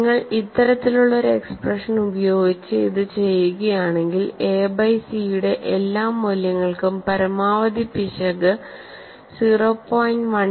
നിങ്ങൾ ഇത്തരത്തിലുള്ള ഒരു എക്സ്പ്രഷൻ ഉപയോഗിച്ച്ഇത് ചെയ്യുകയാണെങ്കിൽ എ ബൈ സി യുടെ എല്ലാ മൂല്യങ്ങൾക്കും പരമാവധി പിശക് 0